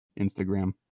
Instagram